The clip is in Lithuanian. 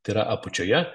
tai yra apačioje